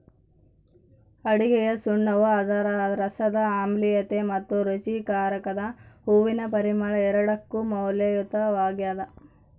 ಅಡುಗೆಗಸುಣ್ಣವು ಅದರ ರಸದ ಆಮ್ಲೀಯತೆ ಮತ್ತು ರುಚಿಕಾರಕದ ಹೂವಿನ ಪರಿಮಳ ಎರಡಕ್ಕೂ ಮೌಲ್ಯಯುತವಾಗ್ಯದ